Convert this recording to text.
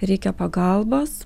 reikia pagalbas